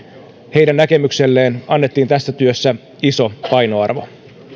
heidän näkemykselleen annettiin tässä työssä iso painoarvo